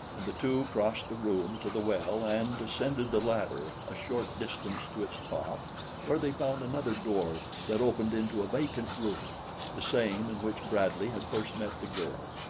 and the two crossed the room to the well and ascended the ladder a short distance to its top where they found another door that opened into a vacant room the same in which bradley had first met the girl.